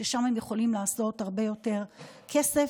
ששם הם יכולים לעשות הרבה יותר כסף